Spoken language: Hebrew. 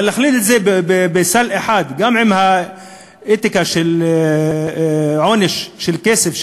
אבל לכלול בסל אחד עם האתיקה עונש של כסף,